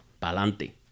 Pa'lante